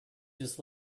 just